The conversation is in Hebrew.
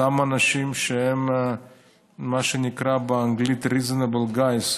אותם אנשים שהם מה שנקרא באנגלית reasonable guys,